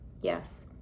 Yes